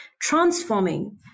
transforming